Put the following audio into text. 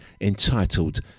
entitled